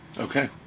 okay